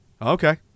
Okay